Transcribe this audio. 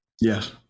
Yes